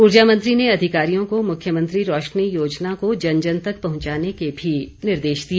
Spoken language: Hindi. ऊर्जा मंत्री ने अधिकारियों को मुख्यमंत्री रोशनी योजना को जन जन तक पहुंचाने के भी निर्देश दिए